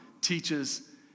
teaches